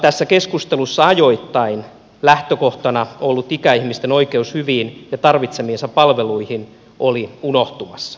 tässä keskustelussa ajoittain lähtökohtana ollut ikäihmisten oikeus hyviin ja tarvitsemiinsa palveluihin oli unohtumassa